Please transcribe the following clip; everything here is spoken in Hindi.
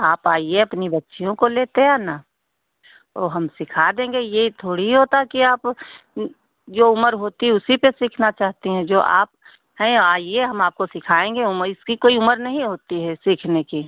आप आइए अपनी बच्चियों को लेते आना वो हम सिखा देंगे ये थोड़ी होता है कि आप जो उम्र होती है उसी पर सीखना चाहती हैं जो आप हैं और आइए हम आपको सिखाएँगे उम्र इसकी कोई उम्र नहीं होती है सीखने की